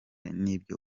n’ibyo